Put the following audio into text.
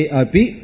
api